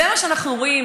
זה מה שאנחנו רואים.